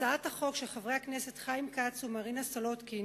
הצעת החוק של חברי הכנסת חיים כץ ומרינה סולודקין